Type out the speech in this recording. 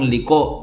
Liko